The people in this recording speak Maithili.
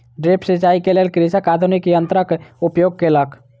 ड्रिप सिचाई के लेल कृषक आधुनिक यंत्रक उपयोग केलक